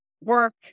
work